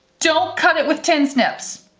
don't cut it with tin snips.